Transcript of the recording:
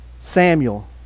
Samuel